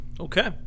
Okay